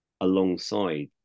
alongside